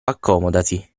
accomodati